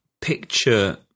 picture